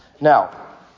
Now